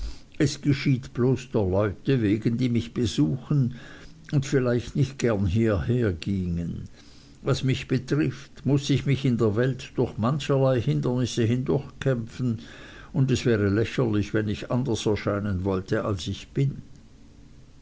es geschieht bloß der leute wegen die mich besuchen und vielleicht nicht gern hierhergingen was mich betrifft muß ich mich in der welt durch mancherlei hindernisse durchkämpfen und es wäre lächerlich wenn ich anders erscheinen wollte als ich bin